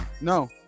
no